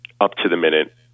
up-to-the-minute